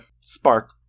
spark